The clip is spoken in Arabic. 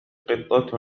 قطة